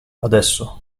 adesso